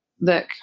look